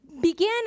began